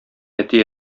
әти